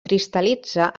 cristal·litza